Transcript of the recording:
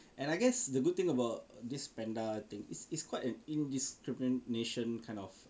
and I guess the good thing about this panda thing is it's quite an in~ indiscrimination kind of